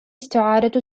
استعارة